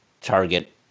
target